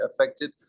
affected